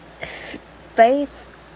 faith